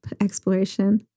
exploration